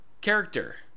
character